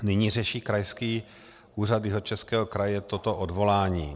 Nyní řeší Krajský úřad Jihočeského kraje toto odvolání.